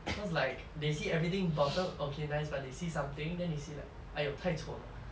cause like they see everything bottom okay nice but they see something then they say like !aiyo! 太丑了